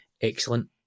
excellent